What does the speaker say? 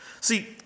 See